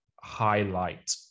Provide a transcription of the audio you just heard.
highlight